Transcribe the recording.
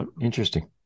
Interesting